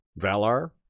Valar